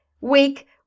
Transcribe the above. week